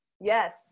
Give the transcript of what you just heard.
Yes